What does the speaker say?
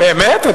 באמת?